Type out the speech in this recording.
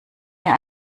mir